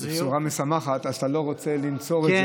בשורה משמחת, אתה לא רוצה לנצור את זה.